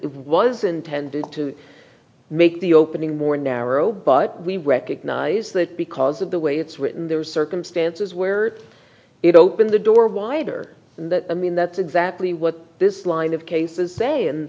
it was intended to make the opening more narrow but we recognize that because of the way it's written there are circumstances where it opens the door wider than that i mean that's exactly what this line of cases say in